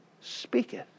speaketh